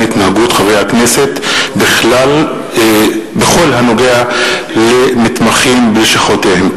התנהגות חברי הכנסת בכל הקשור למתמחים בלשכותיהם.